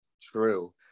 true